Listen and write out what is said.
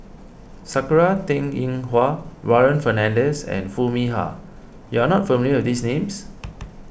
Sakura Teng Ying Hua Warren Fernandez and Foo Mee Har you are not familiar with these names